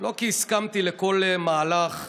לא כי הסכמתי לכל מהלך,